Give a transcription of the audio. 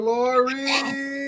Glory